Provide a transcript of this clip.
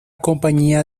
compañía